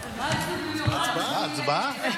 רגע, רגע, רגע.